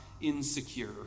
insecure